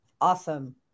Awesome